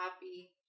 happy